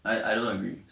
I I don't agree